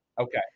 Okay